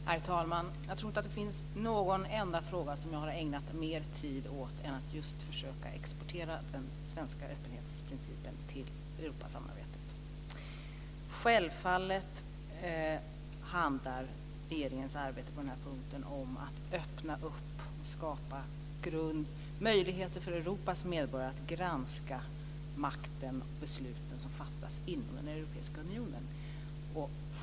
Herr talman! Jag tror inte att det finns någon enda fråga som jag har ägnat mer tid åt än frågan om att just försöka exportera den svenska öppenhetsprincipen till Europasamarbetet. Självfallet handlar regeringens arbete på den här punkten om att skapa möjligheter för Europas medborgare att granska makten och de beslut som fattas inom den europeiska unionen.